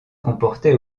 comportait